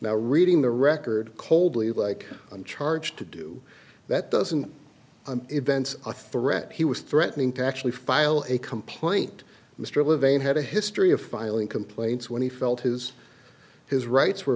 now reading the record coldly like i'm charged to do that doesn't events a threat he was threatening to actually file a complaint mr levey had a history of filing complaints when he felt his his rights were